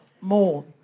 more